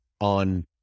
on